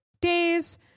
days